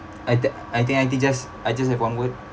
I th~ I think I think just I just have one word